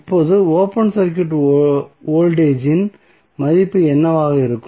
இப்போது open circuit voltage இன் மதிப்பு என்னவாக இருக்கும்